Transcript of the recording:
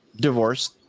Divorced